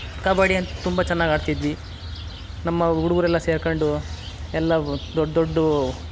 ಕಬಡ್ಡಿಯನ್ನ ತುಂಬ ಚೆನ್ನಾಗಿ ಆಡ್ತಿದ್ವಿ ನಮ್ಮ ಹುಡುಗರೆಲ್ಲ ಸೇರ್ಕೊಂಡು ಎಲ್ಲ ದೊಡ್ಡ ದೊಡ್ಡ